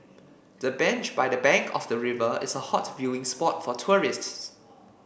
the bench by the bank of the river is a hot viewing spot for tourists